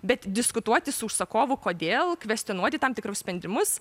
bet diskutuoti su užsakovu kodėl kvestionuoti tam tikrus sprendimus